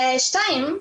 שתיים,